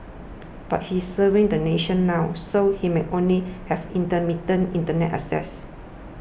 but he is serving the nation now so he might only have intermittent Internet access